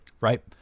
Right